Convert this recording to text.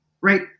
Right